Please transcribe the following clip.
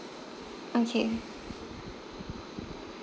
okay